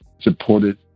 supported